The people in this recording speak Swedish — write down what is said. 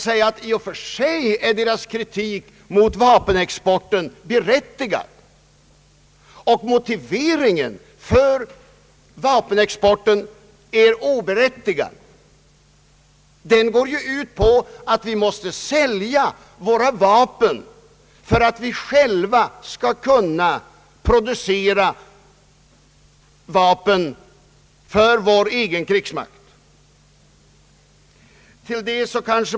I och för sig är kritiken mot vapenexporten berättigad — och motiveringen för vapenexporten oberättigad. Den går ju ut på att vi ska sälja våra vapen för att vi själva ska kunna producera vapen till vår egen krigsmakt.